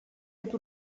fet